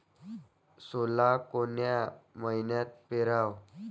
सोला कोन्या मइन्यात पेराव?